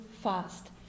fast